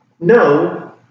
no